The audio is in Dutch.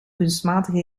kunstmatige